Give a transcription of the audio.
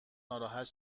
ناراحت